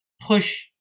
push